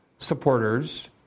supporters